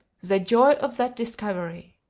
the joy of that discovery!